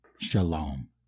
Shalom